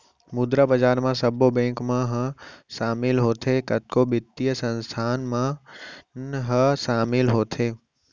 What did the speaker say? मुद्रा बजार म सब्बो बेंक मन ह सामिल होथे, कतको बित्तीय संस्थान मन ह सामिल होथे